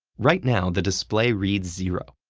right now, the display reads zero,